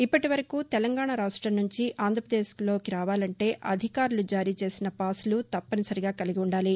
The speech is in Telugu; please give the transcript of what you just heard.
ఇప్పదీవరకు తెలంగాణ నుంచి ఆంధ్రాపదేశ్లోకి రావాలంటే అధికారులు జారీ చేసిన పాసులు తప్పనిసరిగా కలిగి ఉండాలి